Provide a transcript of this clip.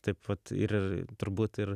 taip vat ir turbūt ir